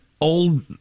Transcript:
old